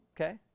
okay